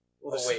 wait